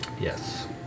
Yes